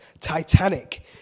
titanic